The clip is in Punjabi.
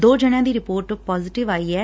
ਦੋ ਜਣਿਆਂ ਦੀ ਰਿਪੋਰਟ ਪੋਜੈਟਿਵ ਆਈ ਐ